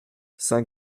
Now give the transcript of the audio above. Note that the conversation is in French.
saint